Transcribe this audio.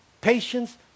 patience